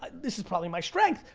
this is probably my strength.